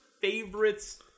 favorites